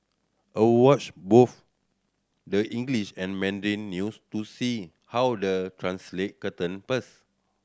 I watch both the English and Mandarin news to see how they translate certain